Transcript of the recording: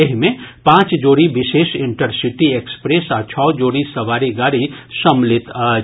एहि मे पांच जोड़ी विशेष इंटरसीटी एक्सप्रेस आ छओ जोड़ी सवारी गाड़ी सम्मीलित अछि